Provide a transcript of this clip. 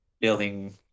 building